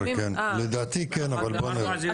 לדעתי כן, אבל בוא נראה.